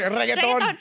reggaeton